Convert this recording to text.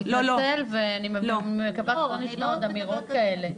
הוא התנצל ואני מקווה שלא נשמע עוד אמירות כאלה.